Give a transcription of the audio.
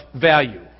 value